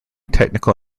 technical